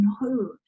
no